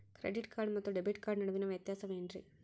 Credit card ಮತ್ತು debit card ನಡುವಿನ ವ್ಯತ್ಯಾಸ ವೇನ್ರೀ?